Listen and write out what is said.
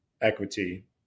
equity